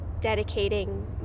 dedicating